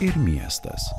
ir miestas